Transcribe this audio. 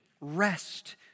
rest